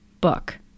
book